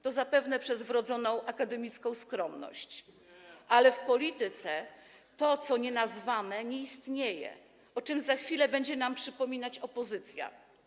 To zapewne przez wrodzoną akademicką skromność, ale w polityce to, co nie jest nazwane, nie istnieje, o czym za chwilę będzie nam przypominać opozycja.